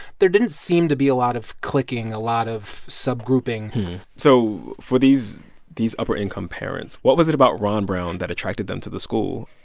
there didn't seem to be a lot of clicking, a lot of subgrouping so for these these upper-income parents, what was it about ron brown that attracted them to the school?